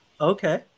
Okay